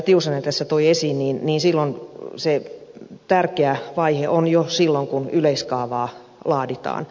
tiusanen tässä toi esiin se tärkeä vaihe on jo silloin kun yleiskaavaa laaditaan